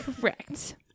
correct